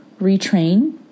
retrain